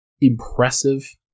impressive